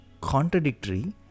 contradictory